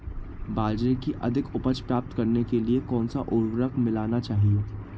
बाजरे की अधिक उपज प्राप्त करने के लिए कौनसा उर्वरक मिलाना चाहिए?